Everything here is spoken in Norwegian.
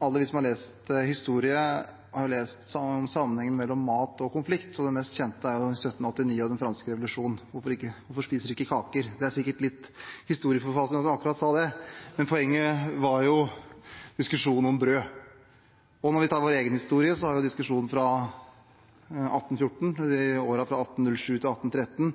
Alle vi som har lest historie, har lest om sammenhengen mellom mat og konflikt. Den meste kjente er fra 1789 – den franske revolusjonen: Hvorfor spiser de ikke kaker? Det er sikkert historieforfalskning at dronningen sa akkurat det, men poenget var jo diskusjonen om brød. Når vi tar vår egen historie, har vi diskusjonen fra 1814 og årene fra 1807 til 1813,